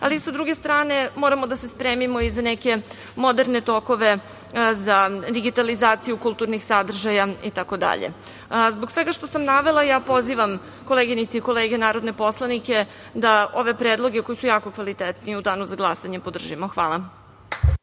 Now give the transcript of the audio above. ali, s druge strane, moramo da se spremimo i za neke moderne tokove za digitalizaciju kulturnih sadržaja itd. Zbog svega što sam navela ja pozivam koleginice i kolege narodne poslanike da ove predloge, koji su jako kvalitetni, u danu za glasanje podržimo. Hvala.